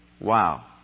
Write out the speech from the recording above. Wow